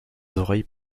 oreilles